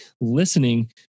listening